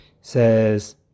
Says